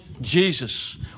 Jesus